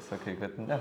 sakai kad ne